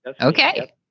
Okay